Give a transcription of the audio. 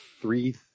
three